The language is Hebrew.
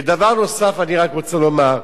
ודבר נוסף אני רק רוצה לומר,